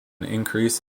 increase